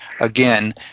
Again